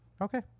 Okay